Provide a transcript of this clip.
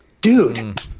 dude